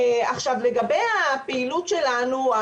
לגבי הפעילות שלנו,